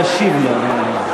להשיב לו.